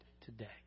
today